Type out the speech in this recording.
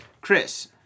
Chris